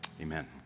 Amen